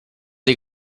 dei